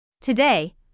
Today